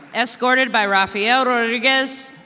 escorted by rafael rodriguez,